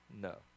No